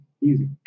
Easy